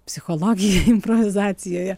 psichologija improvizacijoje